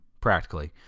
practically